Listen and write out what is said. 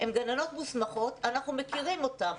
הן גננות מוסמכות, אנחנו מכירים אותן.